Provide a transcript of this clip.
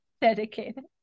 Dedicated